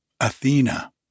Athena